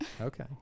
Okay